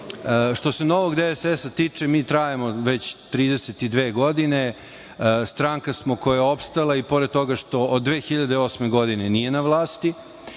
se novog DSS-a tiče, mi trajemo već 32 godine. Stranka smo koja je opstala i pored toga što od 2008. godine nije na vlasti.I